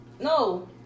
no